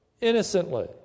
innocently